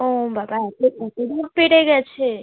ও বাবা ওগুলো বেড়ে গেছে